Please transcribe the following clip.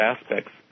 aspects